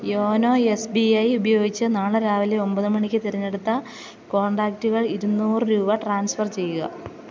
YONO S B I ഉപയോഗിച്ച് നാളെ രാവിലെ ഒമ്പത് മണിക്ക് തിരഞ്ഞെടുത്ത കോൺടാക്റ്റുകൾ ഇരുന്നൂറ് രൂപ ട്രാൻസ്ഫർ ചെയ്യുക